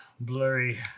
Blurry